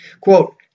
Quote